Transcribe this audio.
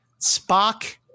Spock